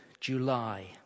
July